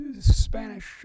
Spanish